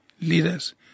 leaders